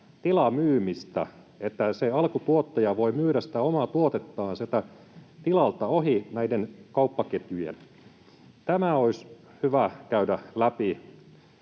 tilamyyntiä, että se alkutuottaja voi myydä sitä omaa tuotettaan sieltä tilalta ohi näiden kauppaketjujen. Tämä olisi hyvä käydä läpi.